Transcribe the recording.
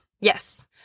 Yes